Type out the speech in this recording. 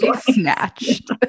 snatched